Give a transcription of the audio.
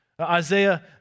Isaiah